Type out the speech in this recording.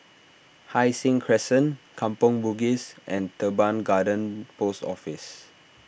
Hai Sing Crescent Kampong Bugis and Teban Garden Post Office